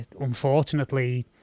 unfortunately